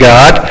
God